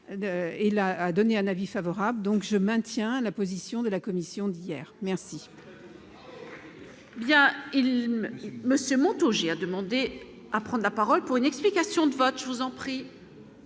là, a donné un avis favorable, donc je maintiens la position de la commission d'hier, merci.